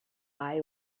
eye